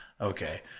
Okay